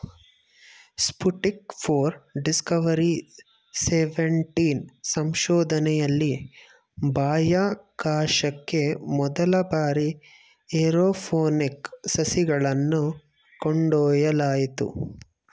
Sputnik four, Discovery seventeen ಸಂಶೋಧನೆಯಲ್ಲಿ ಬಾಹ್ಯಾಕಾಶಕ್ಕೆ ಮೊದಲ ಬಾರಿಗೆ ಏರೋಪೋನಿಕ್ ಸಸಿಗಳನ್ನು ಕೊಂಡೊಯ್ಯಲಾಯಿತು